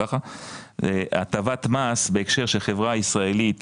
הטבת מס בהקשר שחברה ישראלית